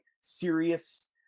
serious